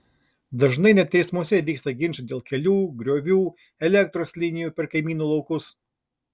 dažnai net teismuose vyksta ginčai dėl kelių griovių elektros linijų per kaimynų laukus